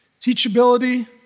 teachability